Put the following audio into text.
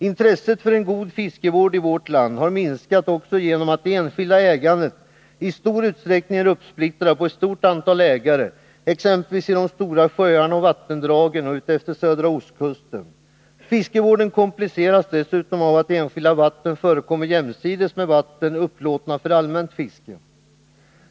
Intresset för en god fiskevård i vårt land har minskat också genom att det enskilda ägandet i stor utsträckning är uppsplittrat på ett stort antal ägare, exempelvis när det gäller de stora sjöarna och vattendragen och utefter södra ostkusten. Fiskevården kompliceras dessutom av att enskilda vatten förekommer jämsides med vatten upplåtna för allmänt fiske.